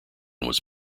was